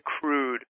crude